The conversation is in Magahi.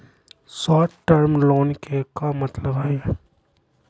शार्ट टर्म लोन के का मतलब हई?